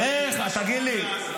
שומרון ועזה,